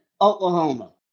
Oklahoma